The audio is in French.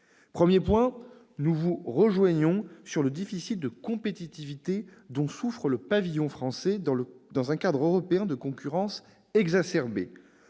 Premier point : nous vous rejoignons sur le déficit de compétitivité dont souffre le pavillon français dans un cadre européen de concurrence exacerbée.